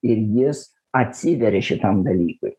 ir jis atsiveria šitam dalykui